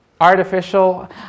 artificial